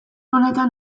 honetan